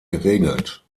geregelt